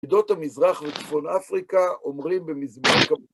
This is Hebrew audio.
עידות המזרח וצפון אפריקה אומרים ב...